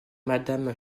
madame